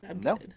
no